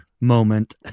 moment